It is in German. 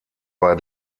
bei